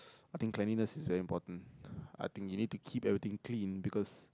I think cleanliness is very important I think you need to keep everything clean because